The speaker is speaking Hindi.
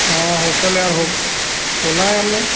हाँ होटल है अ खोला है हमने